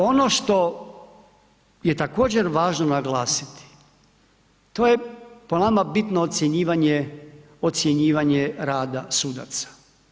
Ono što je također važno naglasiti, to je po nama bitno ocjenjivanje rada sudaca.